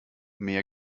mehr